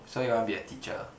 so you want be a teacher